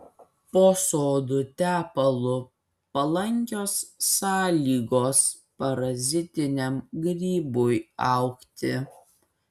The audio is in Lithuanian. po sodo tepalu palankios sąlygos parazitiniam grybui augti